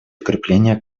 укрепления